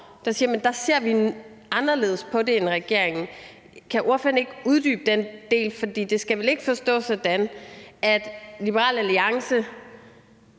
ulovlig, sagt: Der ser vi anderledes på det end regeringen. Kan ordføreren ikke uddybe den del? For det skal vel ikke forstås sådan, at Liberal Alliance